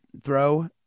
throw